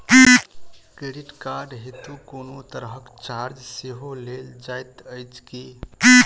Credit card हेतु कोनो तरहक चार्ज सेहो लेल जाइत अछि की?